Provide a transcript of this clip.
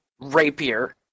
rapier